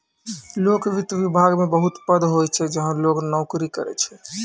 लोक वित्त विभाग मे बहुत पद होय छै जहां लोग नोकरी करै छै